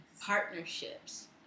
partnerships